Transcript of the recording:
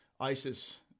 ISIS